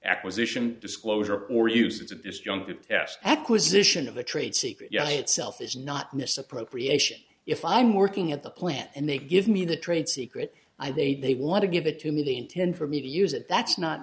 acquisition disclosure or use it's a disjunctive task acquisition of the trade secret yeah itself is not misappropriation if i'm working at the plant and they give me the trade secret i they they want to give it to me the intend for me to use it that's not